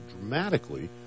dramatically